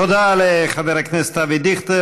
תודה לחבר הכנסת אבי דיכטר.